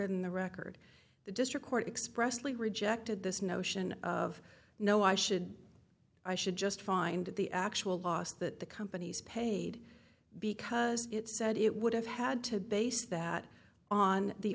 in the record the district court expressly rejected this notion of no i should i should just find the actual loss that the companies paid because it said it would have had to base that on the